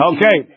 Okay